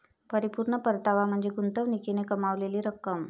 परिपूर्ण परतावा म्हणजे गुंतवणुकीने कमावलेली रक्कम